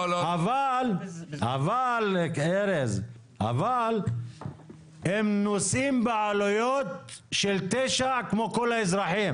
אבל ארז, הם נושאים בעלויות של 9 כמו כל האזרחים.